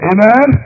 Amen